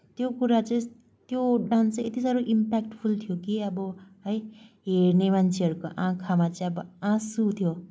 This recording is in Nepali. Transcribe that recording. त्यो कुरा चाहिँ त्यो डान्स चाहिँ यत्ति साह्रो इम्प्याक्टफुल थियो कि अब है हेर्ने मान्छेहरूको आँखामा चाहिँ अब आँसु थियो